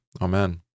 Amen